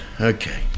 Okay